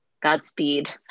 Godspeed